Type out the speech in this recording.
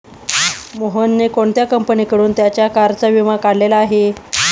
मोहनने कोणत्या कंपनीकडून त्याच्या कारचा विमा काढलेला आहे?